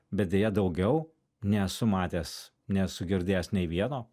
bet deja daugiau nesu matęs nesu girdėjęs nei vieno